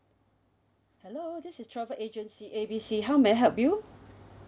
hello this is travel agency A B C how may I help you